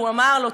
ואמר לו: